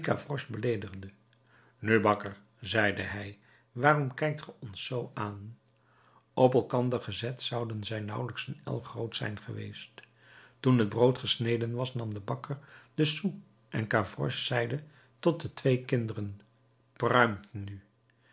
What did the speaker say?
beleedigde nu bakker zeide hij waarom kijkt ge ons zoo aan op elkander gezet zouden zij nauwelijks een el groot zijn geweest toen het brood gesneden was nam de bakker den sou en gavroche zeide tot de twee kinderen pruimt nu